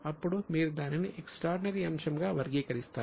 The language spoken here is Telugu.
అప్పుడు మీరు దానిని ఎక్స్ట్రార్డినరీ అంశంగా వర్గీకరిస్తారు